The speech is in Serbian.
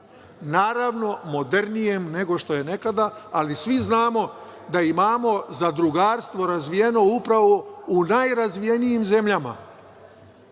naravno, modernijem nego što je nekada, ali svi znamo da imamo zadrugarstvo razvijeno upravo u najrazvijenijim zemljama.